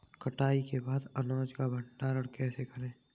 कटाई के बाद अनाज का भंडारण कैसे करें?